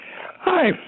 Hi